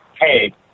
hey